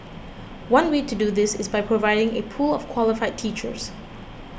one way to do this is by providing a pool of qualified teachers